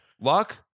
luck